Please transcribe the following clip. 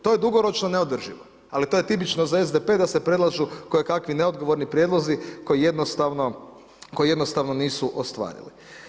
To je dugoročno neodrživo, ali to je tipično za SDP da se predlažu kojekakvi neodgovorni prijedlozi koji jednostavno nisu ostvarili.